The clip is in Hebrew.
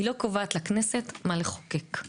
היא לא קובעת לכנסת מה לחוקק.